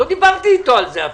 לא דיברתי איתו על זה אפילו.